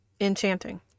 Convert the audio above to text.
enchanting